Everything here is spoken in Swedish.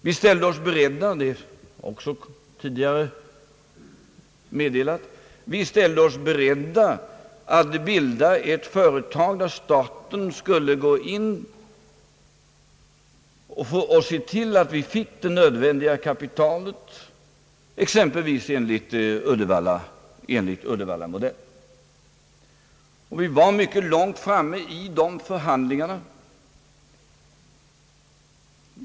Vi ställde oss beredda — det har också tidigare meddelats — att bilda ett företag, där staten skulle gå in och se till att man fick det nödvändiga kapitalet, exempelvis enligt Uddevallamodell. Vi var mycket långt framme i förhandlingarna.